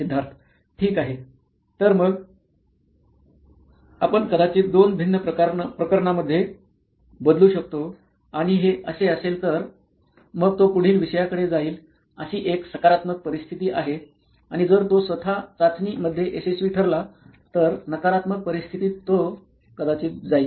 सिद्धार्थ ठीक आहे तर मग आपण कदाचित दोन भिन्न प्रकरणांमध्ये बदलू शकतो आणि हे असे असेल तर 2 मग तो पुढील विषयाकडे जाईल अशी एक सकारात्मक परिस्थिती आहे आणि जर तो स्वत चाचणी मध्ये अयशस्वी ठरला तर नकारात्मक परिस्थितीत तो कदाचित जाईल